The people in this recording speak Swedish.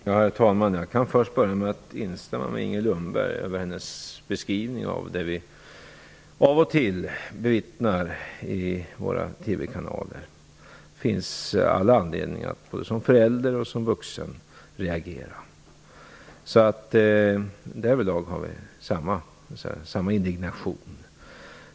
Herr talman! Jag kan börja med att instämma med Inger Lundberg över hennes beskrivning av det vi av och till bevittnar i våra TV-kanaler. Det finns all anledning för oss, både som förälder och som vuxen, att reagera. Därvidlag känner vi samma indignation.